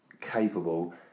capable